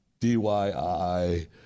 DYI